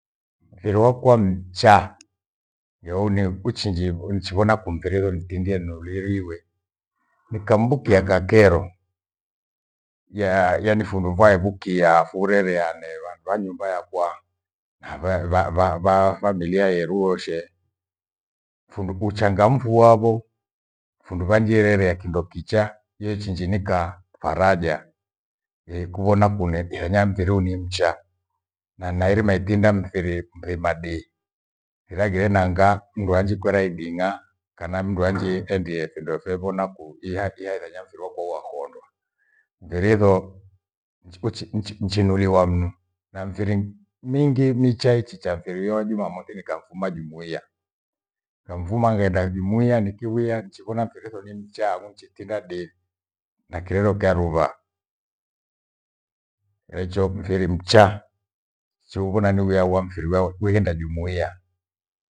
Mfiri wakwa mcha, nihounie uchinjie nichivona kumfirigo nimtindie nauririwe. Nikambukia kakero ya- yaani fundu vaivukia fureveane wandu wa nyumba yakwa na fa-fa-familia yeru woshe. Fundu kuchangamfu wavo fundu vanjirerea kindo kichaa yechinjinika faraja yaikuvona kune henya mfiru huu ni mcha. Na nairima itinda mthiri mthimadii hiraghire nanga mundu aichikora iding'a kana rundu anjie endie findo fevona ku yaithanya mfiri waku wakwa wakondwa ngeritho njikuchi- nchi nchinuliwa mno na mfiri mingi micha ichicha mfiri wa iyo jumamosi nikamfuma jumuia. Nikamfuma ngaenda jumuia nikiwia nchivuna mfiritho ni mcha wamchitinda di na kirero cha ruva. Henaicho mfiri mcha sikukuu na niwia hua mfiri wa- waghenda jumuia.